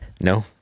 no